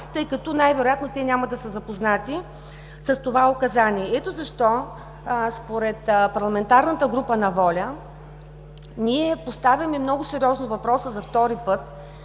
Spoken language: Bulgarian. тъй като най-вероятно те няма да са запознати с него. Ето защо според парламентарната група на „Воля“ – ние поставяме много сериозно въпроса за втори път,